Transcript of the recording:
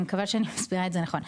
אני מקווה שאני מסבירה את זה נכון.